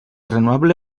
renovable